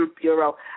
Bureau